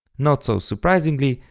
not so surprisingly,